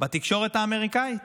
בתקשורת האמריקאית.